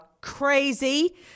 crazy